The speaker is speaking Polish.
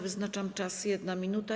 Wyznaczam czas - 1 minuta.